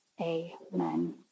amen